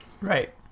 Right